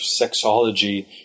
sexology